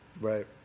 right